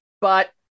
but-